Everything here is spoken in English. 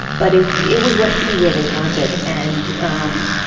but it was it was what he really wanted and um